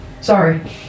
Sorry